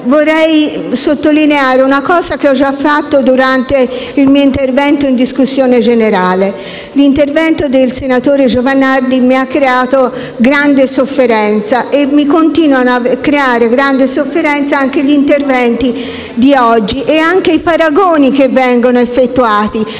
vorrei sottolineare un aspetto che ho già evidenziato nel mio intervento in discussione generale. L'intervento del senatore Giovanardi mi ha creato grande sofferenza e continuano a procurarmi grande sofferenza anche gli interventi di oggi e i paragoni effettuati.